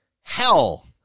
hell